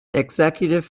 executive